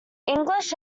english